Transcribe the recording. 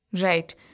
Right